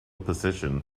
position